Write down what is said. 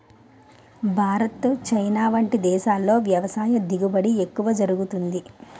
Bharat, China వంటి దేశాల్లో వ్యవసాయ దిగుబడి ఎక్కువ జరుగుతుంది